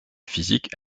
physique